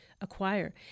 acquire